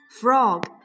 Frog